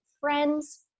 friends